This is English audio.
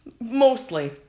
Mostly